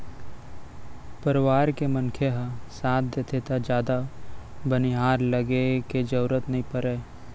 परवार के मनखे ह साथ देथे त जादा बनिहार लेगे के जरूरते नइ परय